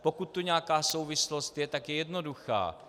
Pokud tu nějaká souvislost je, tak je jednoduchá.